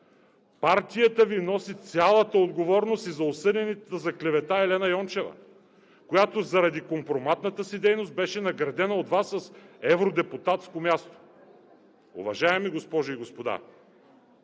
Партията Ви носи цялата отговорност и за осъдената за клевета Елена Йончева, която заради компроматната си дейност беше наградена от Вас с евродепутатско място. Уважаеми госпожи и господа,